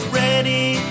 ready